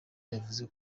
yavuze